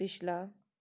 ਪਿਛਲਾ